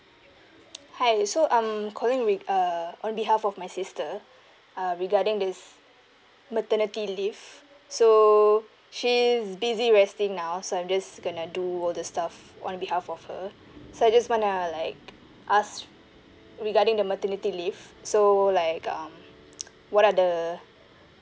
hi so I'm calling with uh on behalf of my sister uh regarding this maternity leave so she's busy resting now so I'm just gonna do all the stuff on behalf of her so I just wanna like ask regarding the maternity leave so like um what are the